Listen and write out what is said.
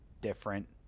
different